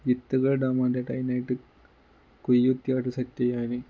വിത്തുകൾ ഇടാൻ വേണ്ടിയിട്ട് അതിനായിട്ട് കുഴികുത്തി അവിടെ സെറ്റ് ചെയ്യാൻ